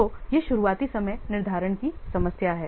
तो यह शुरुआती समय निर्धारण की समस्या है